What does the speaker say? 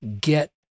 get